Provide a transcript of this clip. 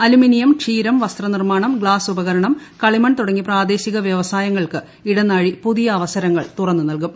aluminium ക്ഷീരം വസ്ത്രനിർമാണം glass ഉപകരണം കളിമൺ തുടങ്ങിയ പ്രാദേശിക വൃവസായങ്ങൾക്ക് ഇടനാഴി പുതിയ അവസരങ്ങൾ തുറന്നു നൽകും